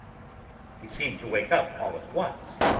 he seemed to wake up all at once,